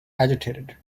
agitated